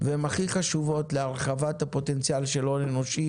והן הכי חשובות להרחבת הפוטנציאל של הון אנושי